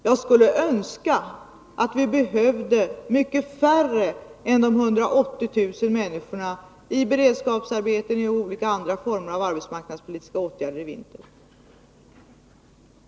Jag skulle önska att vi kunde ha mycket färre än 180 000 människor sysselsatta genom beredskapsarbete och andra former av arbetsmarknadspolitiska åtgärder i vinter.